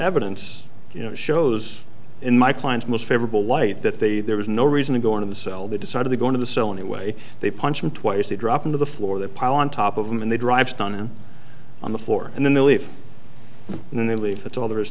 evidence you know shows in my client's most favorable light that they there was no reason to go into the cell they decided to go into the cell anyway they punch him twice they drop into the floor they pile on top of him and they drive stun him on the floor and then they leave and then they leave that's all there is